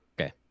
Okay